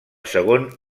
segon